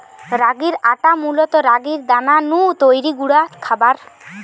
রাগির আটা মূলত রাগির দানা নু তৈরি গুঁড়া খাবার